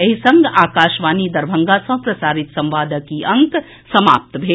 एहि संग आकाशवाणी दरभंगा सँ प्रसारित संवादक ई अंक समाप्त भेल